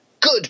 good